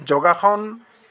যোগাসন